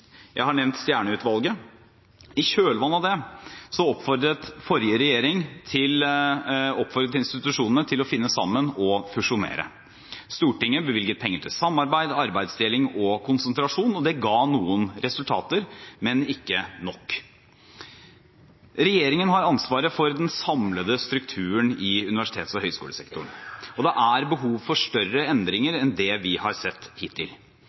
Jeg har nevnt Stjernø-utvalget. I kjølvannet av det oppfordret forrige regjering institusjonene til å finne sammen og fusjonere. Stortinget bevilget penger til samarbeid, arbeidsdeling og konsentrasjon, og det ga noen resultater, men ikke nok. Regjeringen har ansvaret for den samlede strukturen i universitets- og høyskolesektoren, og det er behov for større endringer enn det vi har sett hittil.